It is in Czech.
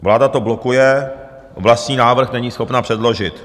Vláda to blokuje, vlastní návrh není schopna předložit.